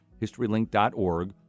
historylink.org